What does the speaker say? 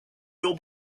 your